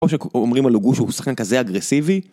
או שאומרים על הוגו שהוא שחקן כזה אגרסיבי